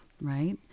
Right